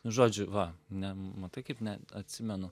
nu žodžiu va ne matai kaip ne atsimenu